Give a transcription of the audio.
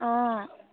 অঁ